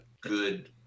good